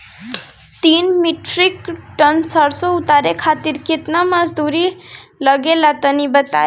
तीन metric tonne सरसो उतारे खातिर केतना मजदूरी लगे ला तनि बताई?